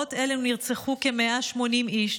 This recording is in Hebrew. בפרעות אלה נרצחו כ-180 איש,